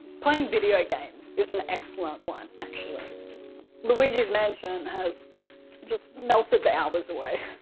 playing video games is an excellent one, actually luigi's mansion has just melted the hours away.